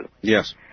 Yes